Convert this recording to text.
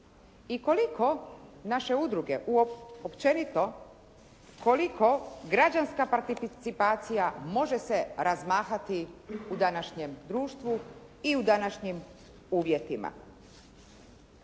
i koliko naše udruge općenito koliko građanska participacija može se razmahati u današnjem društvu i u današnjim uvjetima.